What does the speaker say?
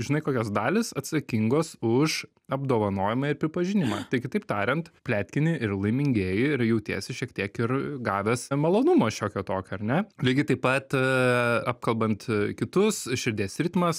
žinai kokios dalys atsakingos už apdovanojimą ir pripažinimą tai kitaip tariant pletkinti ir laimingėji ir jautiesi šiek tiek ir gavęs malonumo šiokio tokio ar ne lygiai taip pat apkalbant kitus širdies ritmas